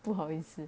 不好意思